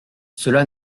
cela